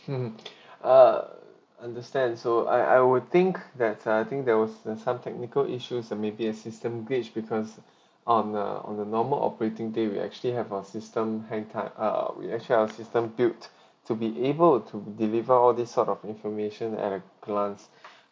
uh understands so I I would think that's uh I think there was uh some technical issues uh maybe a system glitch because on uh on a normal operating day we actually have our system hang tight uh we actually have our system built to be able to deliver all these sort of information at a glance